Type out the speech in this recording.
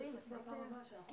בשעה